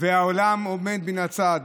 והעולם עומד מן הצד.